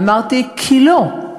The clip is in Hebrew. אמרתי: כי לא.